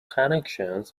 connections